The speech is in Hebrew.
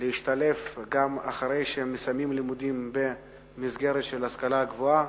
להשתלב גם אחרי שהם מסיימים את הלימודים במסגרת של השכלה גבוהה,